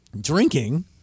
drinking